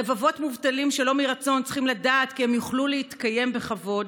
רבבות מובטלים שלא מרצון צריכים לדעת שהם יוכלו להתקיים בכבוד,